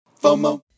FOMO